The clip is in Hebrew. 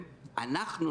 ותקווה.